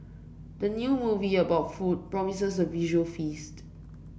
the new movie about food promises a visual feast